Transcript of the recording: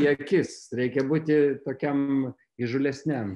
į akis reikia būti tokiam įžūlesniam